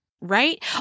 Right